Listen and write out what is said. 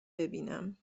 ببینم